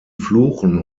fluchen